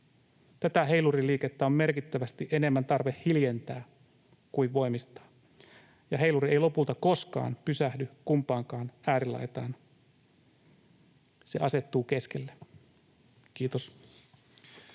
Tätä heiluriliikettä on merkittävästi enemmän tarve hiljentää kuin voimistaa. Ja heiluri ei lopulta koskaan pysähdy kumpaankaan äärilaitaan — se asettuu keskelle. — Kiitos.